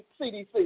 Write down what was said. CDC